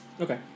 Okay